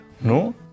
No